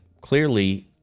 clearly